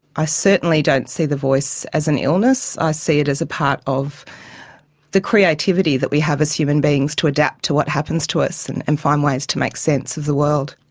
i certainly don't see the voice as an illness, i see it as a part of the creativity that we have as human beings to adapt to what happens to us and and find ways to make sense of the world.